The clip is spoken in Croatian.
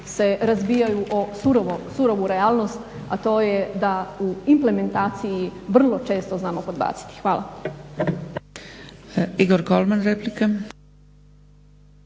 se razbijaju u surovu realnost a to je da u implementaciji vrlo često znamo podbaciti. Hvala.